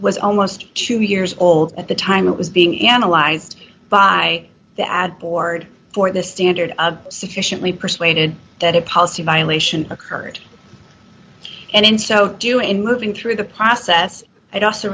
was almost two years old at the time it was being analyzed by the ad board for the standard of sufficiently persuaded that a policy violation occurred and in so doing and moving through the process i'd also